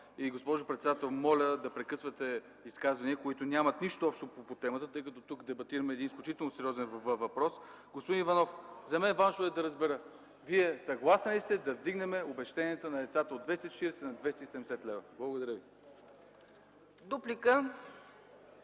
Госпожо председател, моля да прекъсвате изказвания, които нямат нищо общо по темата, тъй като тук дебатираме един изключително сериозен въпрос. Господин Иванов, за мен е важно да се разбере: Вие съгласен ли сте да вдигнем обезщетенията на децата от 240 на 270 лева? Благодаря ви.